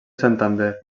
santander